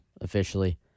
officially